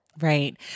Right